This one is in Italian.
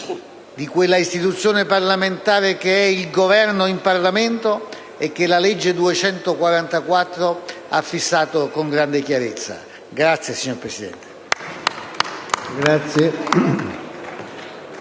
di quella istituzione parlamentare che è il Governo in Parlamento, che la legge n. 244 ha fissato con grande chiarezza. *(Applausi dal